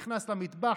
נכנס למטבח,